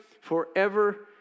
forever